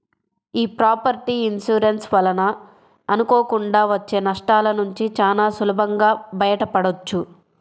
యీ property insurance వలన అనుకోకుండా వచ్చే నష్టాలనుంచి చానా సులభంగా బయటపడొచ్చు